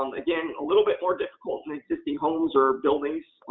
um again, a little bit more difficult in existing homes or buildings.